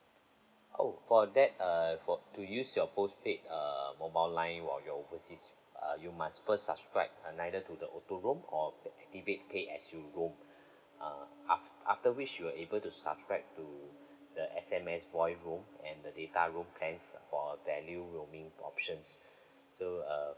oh for that uh for to use your postpaid uh mobile line while you're overseas uh you must first subscribe uh neither to the auto roam or activate pay as you roam uh af~ after which you were able to subscribe to the S_M_S voice roam and the data roam plans for value roaming options so err